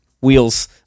wheels